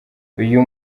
uyu